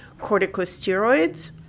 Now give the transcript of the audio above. corticosteroids